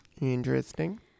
interesting